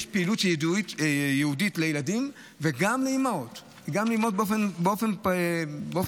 יש פעילות שהיא ייעודית לילדים וגם לאימהות באופן מפורט.